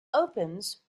opens